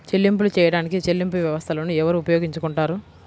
చెల్లింపులు చేయడానికి చెల్లింపు వ్యవస్థలను ఎవరు ఉపయోగించుకొంటారు?